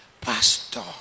Pastor